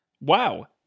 Wow